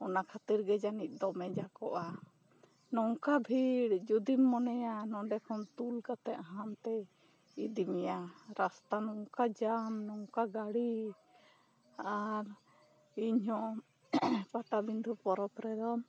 ᱚᱱᱟ ᱠᱷᱟᱹᱛᱤᱨ ᱜᱮ ᱡᱟᱹᱱᱤᱡ ᱢᱮᱡᱟ ᱠᱚᱜᱼᱟ ᱱᱚᱝᱠᱟ ᱵᱷᱤᱲ ᱡᱚᱫᱤ ᱢᱚᱱᱮᱭᱟ ᱱᱚᱸᱰᱮ ᱠᱷᱚᱱ ᱛᱩᱞ ᱠᱟᱛᱮ ᱦᱟᱱᱛᱮ ᱤᱫᱤ ᱢᱮᱭᱟ ᱨᱟᱥᱛᱟ ᱱᱚᱝᱠᱟ ᱡᱟᱦᱟᱱ ᱱᱚᱝᱠᱟ ᱜᱟᱹᱰᱤ ᱟᱨ ᱤᱧᱦᱚᱸ ᱯᱟᱛᱟ ᱵᱤᱸᱫᱟᱹ ᱯᱚᱨᱚᱵᱽ ᱨᱮᱫᱚ